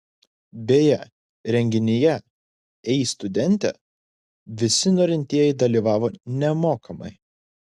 beje renginyje ei studente visi norintieji dalyvavo nemokamai